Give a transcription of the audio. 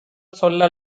சொல்ல